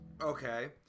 Okay